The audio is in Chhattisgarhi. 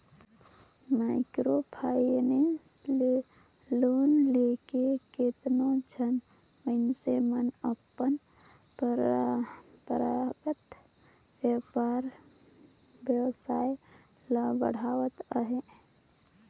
माइक्रो फायनेंस ले लोन लेके केतनो झन मइनसे मन अपन परंपरागत बयपार बेवसाय ल बढ़ावत अहें